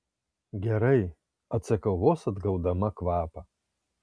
gerai atsakau vos atgaudama kvapą